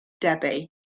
Debbie